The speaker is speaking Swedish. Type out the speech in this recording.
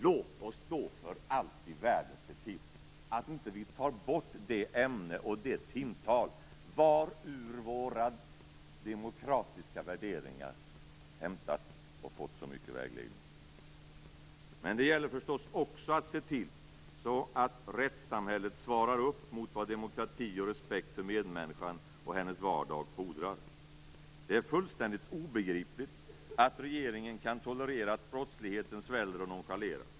Låt oss för allt i världen se till att vi inte tar bort det ämne och det timtal varur våra demokratiska värderingar hämtats och fått så mycket vägledning. Men det gäller förstås också att se till att rättssamhället svarar upp mot vad demokrati och respekt för medmänniskan och hennes vardag fordrar. Det är fullständigt obegripligt att regeringen kan tolerera att brottsligheten sväller och nonchaleras.